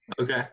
Okay